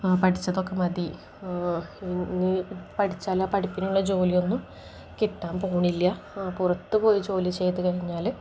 ആ പഠിച്ചതൊക്കെ മതി ഇനി പഠിച്ചാലാ പഠിപ്പിനുള്ള ജോലിയൊന്നും കിട്ടാൻ പോകുന്നില്ല ആ പുറത്തു പോയി ജോലി ചെയ്തു കഴിഞ്ഞാൽ